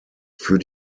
für